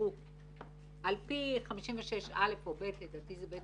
תאפשרו על פי 56(א) או (ב) לדעתי זה (ב),